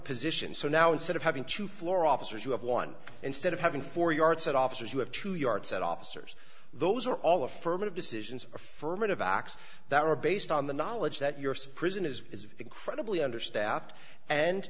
position so now instead of having to floor officers you have one instead of having four yards at officers you have two yards at officers those are all affirmative decisions affirmative acts that are based on the knowledge that your suppresion is incredibly understaffed and